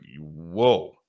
whoa